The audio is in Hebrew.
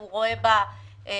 שהוא רואה בה חשיבות רבה.